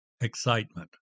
excitement